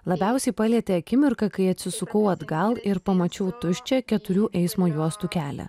labiausiai palietė akimirka kai atsisukau atgal ir pamačiau tuščią keturių eismo juostų kelią